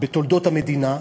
בתולדות המדינה,